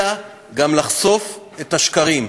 אלא גם לחשוף את השקרים,